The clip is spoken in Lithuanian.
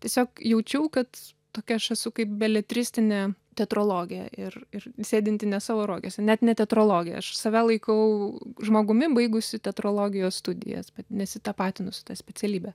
tiesiog jaučiau kad tokia aš esu kaip beletristinė teatrologė ir ir sėdinti ne savo rogėse net ne teatrologė aš save laikau žmogumi baigusiu teatrologijos studijas bet nesitapatinu su ta specialybe